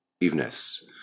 evenness